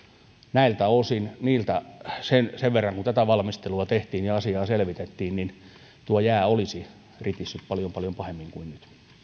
näiltä osin sen sen verran kuin tätä valmistelua tehtiin ja asiaa selvitettiin tuo jää olisi ritissyt paljon paljon pahemmin kuin nyt